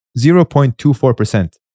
0.24%